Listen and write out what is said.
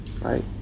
right